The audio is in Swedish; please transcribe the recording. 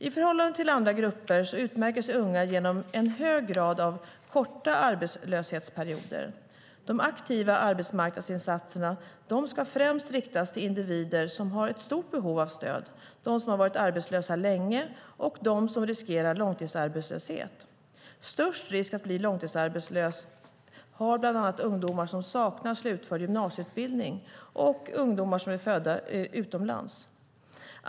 I förhållande till andra grupper utmärker sig unga genom en hög grad av korta arbetslöshetsperioder. De aktiva arbetsmarknadsinsatserna ska främst riktas till individer som har stort behov av stöd, de som har varit arbetslösa länge och de som riskerar långtidsarbetslöshet. Störst risk att bli långtidsarbetslös har bland annat ungdomar som saknar slutförd gymnasieutbildning och ungdomar som är födda utomlands.